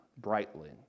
brightly